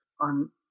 on